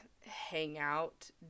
hangout